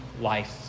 life